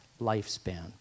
lifespan